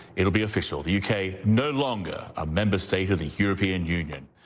it'll be official the u k. no longer a member state of the european union,